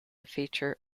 feature